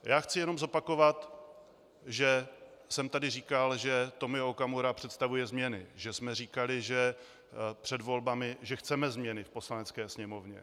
Já chci jenom zopakovat, že jsem tady říkal, že Tomio Okamura představuje změny, že jsme říkali před volbami, že chceme změny v Poslanecké sněmovně.